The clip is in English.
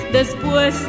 después